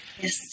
yes